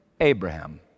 Abraham